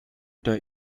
der